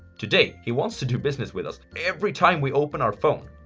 today, he wants to do business with us every time we open our phone.